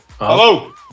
Hello